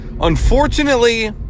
Unfortunately